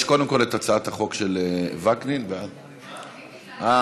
יש קודם כול את הצעת החוק של וקנין, ואז, לא,